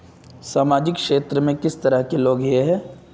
सामाजिक क्षेत्र में किस तरह के लोग हिये है?